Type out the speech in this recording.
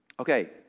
Okay